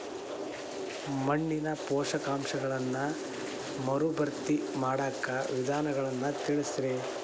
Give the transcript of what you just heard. ಮಣ್ಣಿನ ಪೋಷಕಾಂಶಗಳನ್ನ ಮರುಭರ್ತಿ ಮಾಡಾಕ ವಿಧಾನಗಳನ್ನ ತಿಳಸ್ರಿ